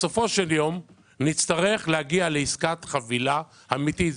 בסופו של יום נצטרך להגיע לעסקת חבילה אמיתית.